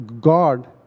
God